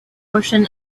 portion